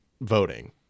voting